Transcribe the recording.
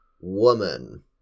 Woman